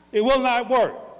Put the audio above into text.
it will not work.